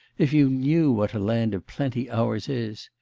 if you knew what a land of plenty ours is!